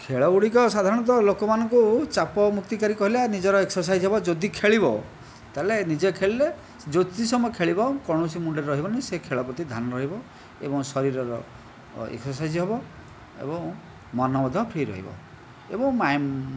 ଖେଳଗୁଡ଼ିକ ସାଧାରଣତଃ ଲୋକମାନଙ୍କୁ ଚାପମୁକ୍ତିକାରୀ କହିଲେ ନିଜର ଏକ୍ସରସାଇଜ୍ ହେବ ଯଦି ଖେଳିବ ତା'ହେଲେ ନିଜେ ଖେଳିଲେ ଯେତିକି ସମୟ ଖେଳିବ କୌଣସି ମୁଣ୍ଡରେ ରହିବ ନାହିଁ ସେ ଖେଳ ପ୍ରତି ଧ୍ୟାନ ରହିବ ଏବଂ ଶରୀରର ଏକ୍ସରସାଇଜ୍ ହେବ ଏବଂ ମନ ମଧ୍ୟ ଫ୍ରି ରହିବ ଏବଂ ମାଇଣ୍ଡ